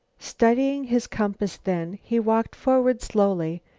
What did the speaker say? studying his compass then, he walked forward slowly.